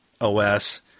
os